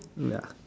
ya